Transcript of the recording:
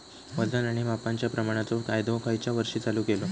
वजन आणि मापांच्या प्रमाणाचो कायदो खयच्या वर्षी चालू केलो?